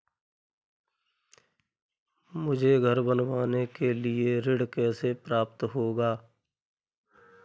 मुझे घर बनवाने के लिए ऋण कैसे प्राप्त होगा?